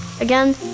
Again